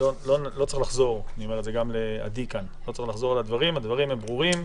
צריכים לחזור על הדברים, הם ברורים.